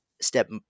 step –